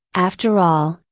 after all,